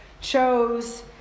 chose